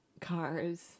cars